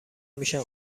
میشن